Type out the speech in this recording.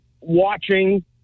watching